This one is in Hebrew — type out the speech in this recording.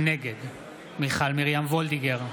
נגד מיכל מרים וולדיגר,